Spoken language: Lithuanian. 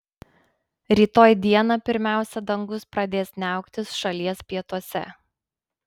rytoj dieną pirmiausia dangus pradės niauktis šalies pietuose